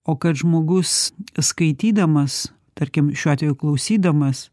o kad žmogus skaitydamas tarkim šiuo atveju klausydamas